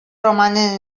romanen